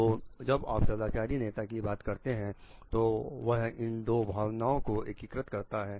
तो जब आप सदाचारी नेता की बात करते हैं तो वह इन दो भावनाओं को एकीकृत करता है